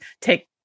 take